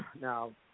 Now